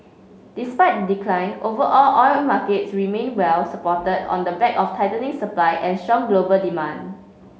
despite decline overall oil markets remained well supported on the back of tightening supply and strong global demand